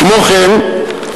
כמו כן,